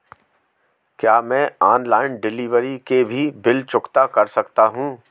क्या मैं online delivery के भी बिल चुकता कर सकता हूँ?